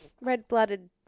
Red-blooded